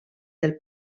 del